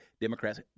Democrats –